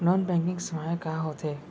Non banking सेवाएं का होथे?